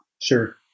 Sure